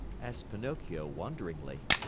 asked pinocchio wonderingly.